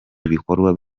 ibikorwa